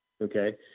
Okay